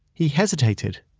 he hesitated,